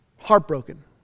Heartbroken